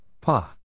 Pa